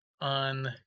on